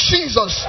Jesus